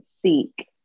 seek